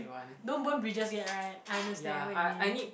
don't burn bridges yet right I understand what do you mean